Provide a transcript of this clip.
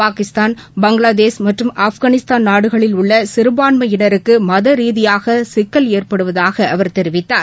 பாகிஸ்தான் பங்களாதேஷ் மற்றும் ஆப்கானிஸ்தான் நாடுகளில் உள்ள சிறபான்மயினருக்கு மத ரீதியாக சிக்கல் ஏற்படுவதாக அவர் தெரிவித்தார்